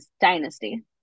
Dynasty